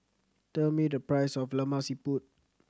tell me the price of Lemak Siput